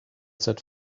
set